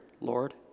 Lord